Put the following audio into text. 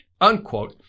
unquote